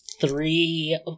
three